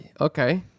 okay